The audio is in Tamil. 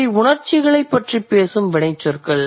அவை உணர்ச்சிகளைப் பற்றி பேசும் வினைச்சொற்கள்